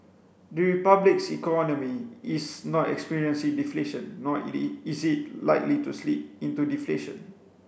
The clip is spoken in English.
the Republic's economy is not experiencing deflation nor is it likely to slip into deflation